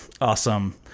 awesome